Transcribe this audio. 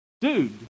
dude